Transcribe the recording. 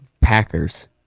Packers